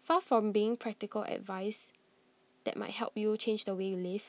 far from being practical advice that might help you change the way you live